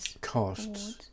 costs